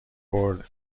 بریم